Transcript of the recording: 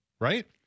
right